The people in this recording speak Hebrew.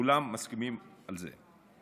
כולם מסכימים על זה.